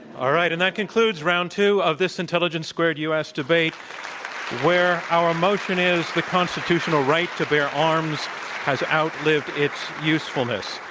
all right. and this concludes round two of this intelligence squared u. s. debate where our motion is the constitutional right to bear arms has outlived its usefulness.